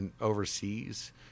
overseas